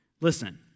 listen